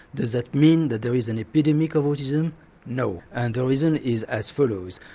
does that mean that there is an epidemic of autism no, and the reason is as follows.